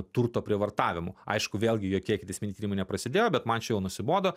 turto prievartavimu aišku vėlgi jokie ikiteisminiai tyrimai neprasidėjo bet man čia jau nusibodo